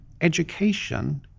education